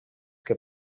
que